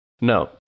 No